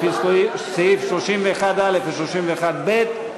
לפי סעיף 31(א) ו-31(ב)